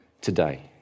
today